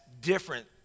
different